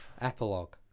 Epilogue